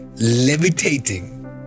levitating